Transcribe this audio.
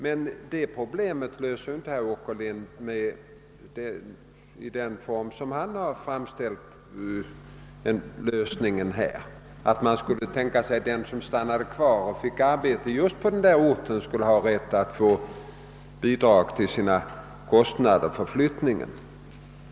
Men detta problem kan inte lösas på det sätt som herr Åkerlind anvisat, nämligen att den som får arbete på kursorten och stannar kvar skulle ha rätt att få bidrag till sina kostnader för flyttningen.